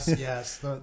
yes